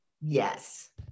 Yes